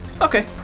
okay